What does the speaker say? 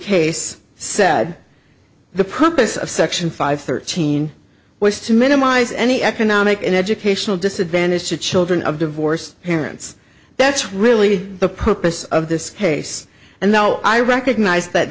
case said the purpose of section five thirteen was to minimize any economic and educational disadvantage to children of divorced parents that's really the purpose of this case and now i recognize